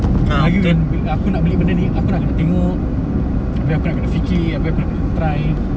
layu yang aku nak beli benda ni aku nak akan tengok lagi aku nak kena fikir aku nak kena try